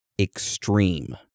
extreme